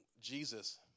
Jesus